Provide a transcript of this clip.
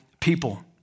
people